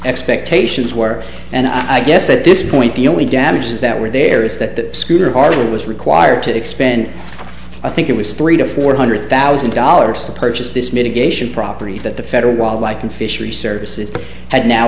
expectations were and i guess at this point the only damages that were there is that scooter apartment was required to expand i think it was three to four hundred thousand dollars to purchase this mitigation property that the federal wildlife and fishery services had now